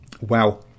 wow